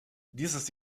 dieses